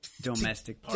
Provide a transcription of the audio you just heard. domestic